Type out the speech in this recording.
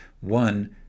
One